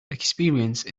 experience